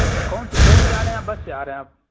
اور کون سی ٹرین سے آ رہے ہیں یا بس سے آ رہے ہیں آپ